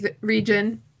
region